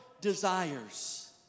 desires